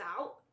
out